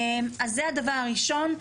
אז זה הדבר הראשון.